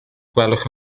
gwelwch